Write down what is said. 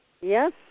Yes